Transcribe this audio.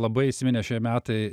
labai įsiminė šie metai